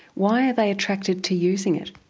why are they attracted to using it?